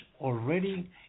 already